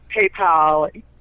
paypal